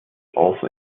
also